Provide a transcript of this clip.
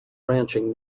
ranching